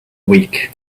week